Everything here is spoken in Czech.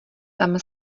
tam